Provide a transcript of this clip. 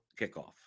kickoff